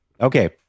Okay